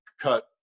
cut